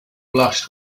blushed